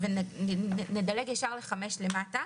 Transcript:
נעבור ישר לתחתית